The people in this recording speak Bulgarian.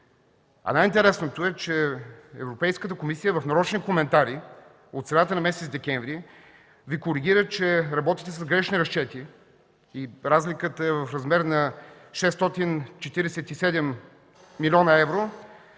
А най-интересното е, че Европейската комисия в нарочни коментари от средата на месец декември Ви коригира, че работите с грешни разчети и разликата е в размер на 647 млн. евро.